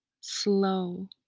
slow